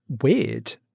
weird